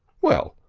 well,